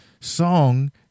song